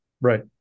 right